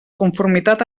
conformitat